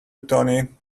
tony